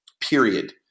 period